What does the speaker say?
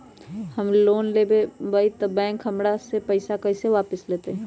हम लोन लेलेबाई तब बैंक हमरा से पैसा कइसे वापिस लेतई?